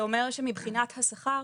זה אומר שמבחינת השכר,